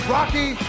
Rocky